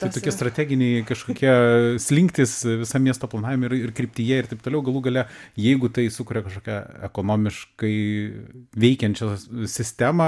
ten tokie strateginiai kažkokie slinktys visam miesto planavime ir ir kryptyje ir taip toliau galų gale jeigu tai sukuria kažkokią ekonomiškai veikiančios sistemą